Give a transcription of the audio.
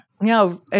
No